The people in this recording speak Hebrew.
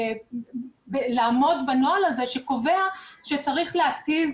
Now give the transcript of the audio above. לעמוד בנוהל הזה שקובע שצריך להתיז